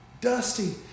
Dusty